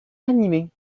animées